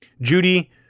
Judy